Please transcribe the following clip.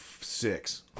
six